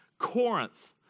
Corinth